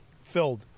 filled